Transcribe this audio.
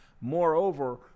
Moreover